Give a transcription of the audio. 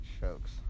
chokes